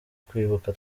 kwibuka